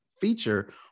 feature